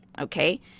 okay